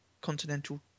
Continental